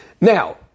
Now